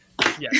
Yes